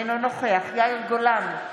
אינו נוכח יאיר גולן,